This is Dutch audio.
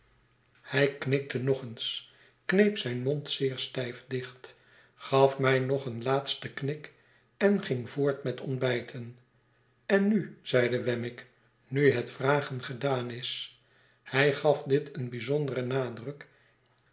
hij knikte nog eens kneep zijn mond zeer stijf dicht gaf mij nog een laatsten knik en ging voort met ontbijten en nu zeide wemmick nu het vragen gedaan is hij gaf dit een bijzonderen nadruk